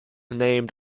named